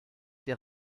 der